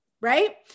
right